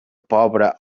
pobre